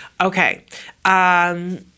Okay